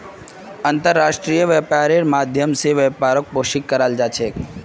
अन्तर्राष्ट्रीय व्यापारेर माध्यम स व्यापारक पोषित कराल जा छेक